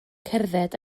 cerdded